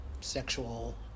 sexual